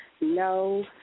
no